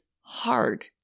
hard